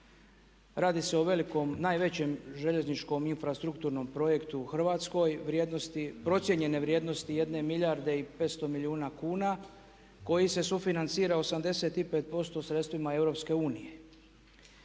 velikom, najvećem željezničkom infrastrukturnom projektu u Hrvatskoj procijenjene vrijednosti jedne milijarde i 500 milijuna kuna koji se sufinancira 85% sredstvima